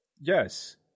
yes